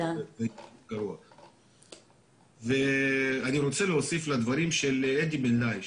אני רוצה להוסיף לדברים של אדי בן ליש.